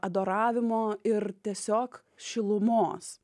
adoravimo ir tiesiog šilumos